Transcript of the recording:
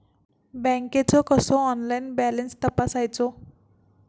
बँकेचो कसो online balance तपासायचो?